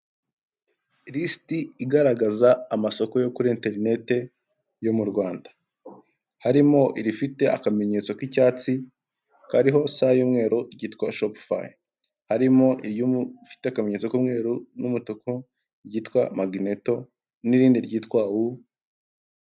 Lisiti igaragaza amasoko yo kuri interineti yo mu Rwanda, harimo irifite akamenyetso k'icyatsi kariho s y'umweru ryitwa shopu fayi, harimo irifite akamenyetso k'umweru n'umutuku ryitwa magineto n'irindi ryitwa wu.